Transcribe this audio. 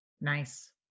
Nice